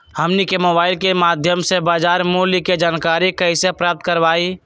हमनी के मोबाइल के माध्यम से बाजार मूल्य के जानकारी कैसे प्राप्त करवाई?